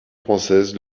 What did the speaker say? française